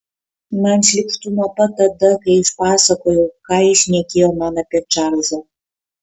man šlykštu nuo pat tada kai išpasakojau ką jis šnekėjo man apie čarlzą